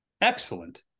excellent